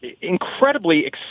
incredibly